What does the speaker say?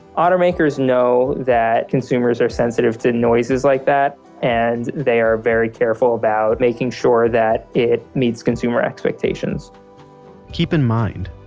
automakers know that consumers are sensitive to noises like that and they are very careful about making sure that it meets consumer expectations keep in mind,